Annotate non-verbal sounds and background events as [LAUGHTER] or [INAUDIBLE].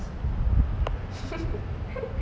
[LAUGHS]